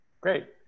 Great